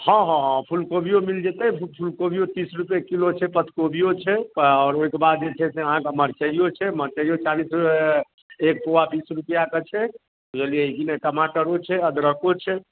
हँ हँ हँ फुलकोबियो मिल जयतै फू फुलकोबियो तीस रुपये किलो छै पतकोबियो छै आओर ओहिकऽ बाद जे छै अहाँक मर्चाइयो छै मर्चाइयो चालीस रुपये एक पौआ बीस रुपआ कऽ छै बुझलियै कि नहि टमाटरो छै अदरको छै